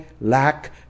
lack